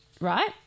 Right